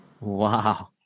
wow